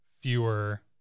fewer